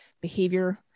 behavior